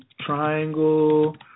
triangle